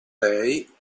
lei